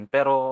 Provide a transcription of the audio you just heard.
Pero